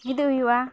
ᱢᱤᱫᱚᱜ ᱦᱩᱭᱩᱜᱼᱟ